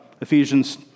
Ephesians